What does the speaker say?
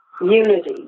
unity